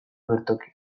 agertokian